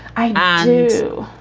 i ah do.